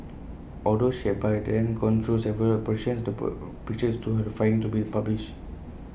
although she had by then gone through several operations to per picture is too horrifying to be published